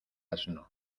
asno